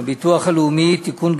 הביטוח הלאומי (תיקון,